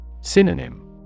Synonym